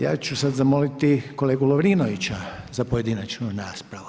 Ja ću sada zamoliti kolegu Lovrinovića za pojedinačnu raspravu.